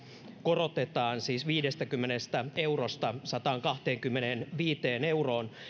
korotetaan viidestäkymmenestä eurosta sataankahteenkymmeneenviiteen euroon